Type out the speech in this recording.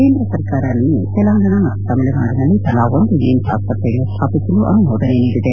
ಕೇಂದ್ರ ಸರ್ಕಾರ ನಿನ್ನೆ ತೆಲಂಗಾಣಾ ಮತ್ತು ತಮಿಳುನಾಡಿನಲ್ಲಿ ತಲಾ ಒಂದು ಏಮ್ಸ್ ಆಸ್ವತ್ರೆಯನ್ನು ಸ್ವಾಪಿಸಲು ಅನುಮೋದನೆ ನೀಡಿದೆ